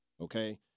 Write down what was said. Okay